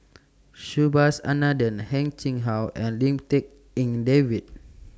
Subhas Anandan Heng Chee How and Lim Tik En David